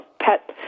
pet